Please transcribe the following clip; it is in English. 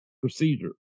procedure